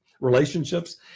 relationships